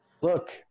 Look